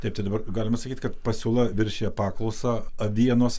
taip tai dabar galima sakyt kad pasiūla viršija paklausą avienos